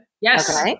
Yes